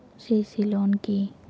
CC loan কি?